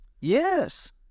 Yes